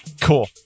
Cool